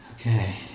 Okay